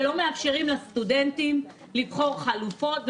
ולא מאפשרים לסטודנטים לבחור חלופות,